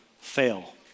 fail